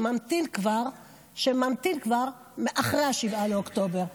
שממתין כבר מאז אחרי 7 באוקטובר,